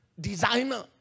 designer